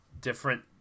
different